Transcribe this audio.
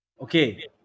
Okay